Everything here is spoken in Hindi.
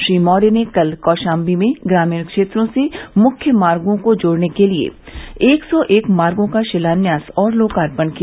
श्री मौर्य ने कल कौशाम्बी में ग्रामीण क्षेत्रों से मुख्य मार्गो को जोड़ने के लिये एक सौ एक मार्गो का शिलान्यास और लोकार्पण किया